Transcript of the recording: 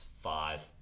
five